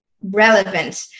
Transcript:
relevant